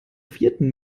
vierten